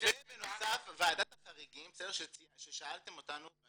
ובנוסף ועדת החריגים ששאלת אותנו,